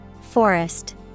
Forest